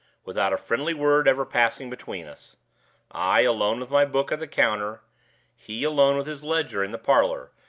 without a friendly word ever passing between us i, alone with my book at the counter he, alone with his ledger in the parlor,